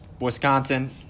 Wisconsin